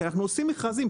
כי אנחנו עושים מכרזים,